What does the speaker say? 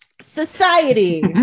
Society